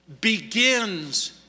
begins